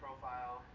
Profile